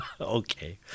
okay